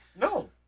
No